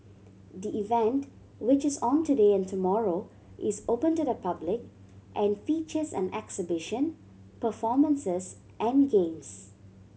the event which is on today and tomorrow is open to the public and features an exhibition performances and games